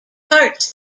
parts